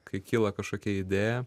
kai kyla kažkokia idėja